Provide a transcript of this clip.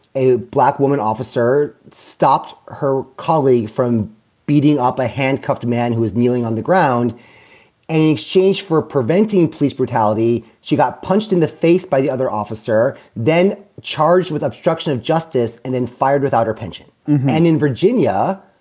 a black woman officer stopped her colleague from beating up a handcuffed man who is kneeling on the ground and in exchange for preventing police brutality. she got punched in the face by the other officer, then charged with obstruction of justice and then fired without her pension. and in virginia,